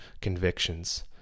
convictions